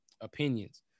opinions